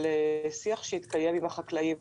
על שיח שהתקיים עם החקלאים,